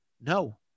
No